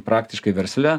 praktiškai versle